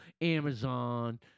Amazon